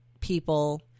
people